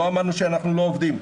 אמרנו שאנחנו לא עובדים.